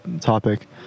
topic